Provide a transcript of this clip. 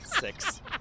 Six